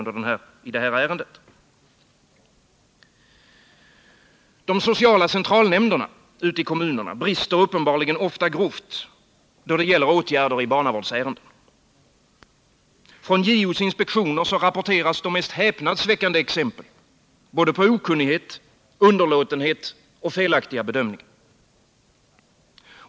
De sociala centralnämnderna ute i kommunerna brister uppenbarligen ofta grovt då det gäller åtgärder i barnavårdsärenden. Från JO:s inspektioner rapporteras de mest häpnadsväckande exempel på både okunnighet, underlåtenhet och felaktiga bedömningar.